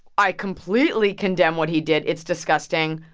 i completely condemn what he did. it's disgusting.